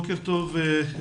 בוקר טוב לכולם.